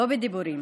לא בדיבורים.